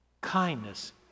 kindness